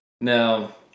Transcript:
Now